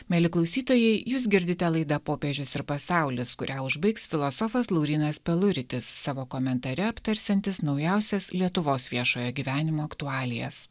mieli klausytojai jūs girdite laidą popiežius ir pasaulis kurią užbaigs filosofas laurynas peluritis savo komentare aptarsiantis naujausias lietuvos viešojo gyvenimo aktualijas